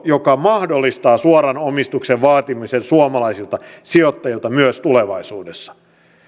joka mahdollistaa suoran omistuksen vaatimisen suomalaisilta sijoittajilta myös tulevaisuudessa